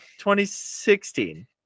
2016